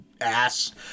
ass